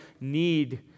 need